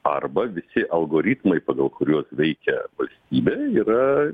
arba visi algoritmai pagal kuriuos veikia valstybė yra